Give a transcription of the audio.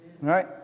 Right